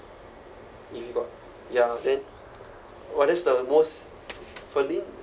he got ya then !wah! that's the most ferlyn